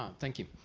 um thank you.